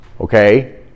Okay